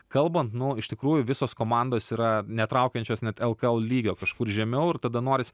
kalbant nu iš tikrųjų visos komandos yra netraukiančios net lkl lygio kažkur žemiau ir tada noris